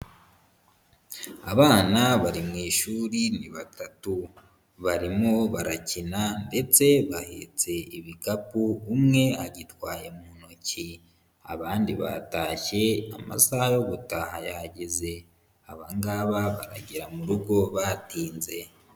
Abana bari mu ishuri ni batatu, barimo barakina ndetse bahetse ibikapu umwe agitwaye mu ntoki abandi batashye amasaha yo gutaha yageze, aba ngaba baragera mu rugo batinze.